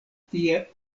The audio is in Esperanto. tie